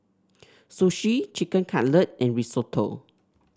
Sushi Chicken Cutlet and Risotto